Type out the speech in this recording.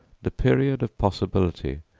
the period of possibility,